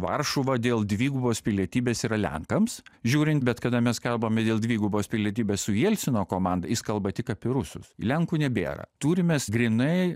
varšuva dėl dvigubos pilietybės yra lenkams žiūrint bet kada mes kalbame dėl dvigubos pilietybės su jelcino komanda jis kalba tik apie rusus lenkų nebėra turim mes grynai